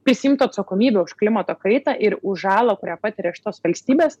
prisiimtų atsakomybę už klimato kaitą ir už žalą kurią patiria šitos valstybės